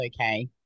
okay